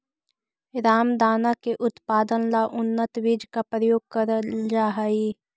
रामदाना के उत्पादन ला उन्नत बीज का प्रयोग करल जा हई